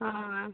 ആ ആ ആ